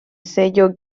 sello